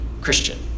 Christian